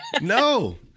no